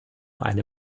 eine